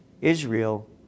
Israel